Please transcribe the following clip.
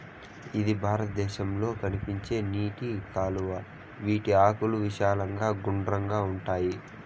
ఇది భారతదేశంలో కనిపించే నీటి కలువ, వీటి ఆకులు విశాలంగా గుండ్రంగా ఉంటాయి